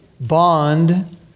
bond